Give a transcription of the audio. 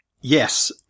Yes